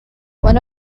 one